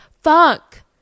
fuck